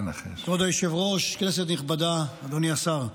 כבוד היושב-ראש, כנסת נכבדה, אדוני השר,